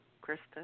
Kristen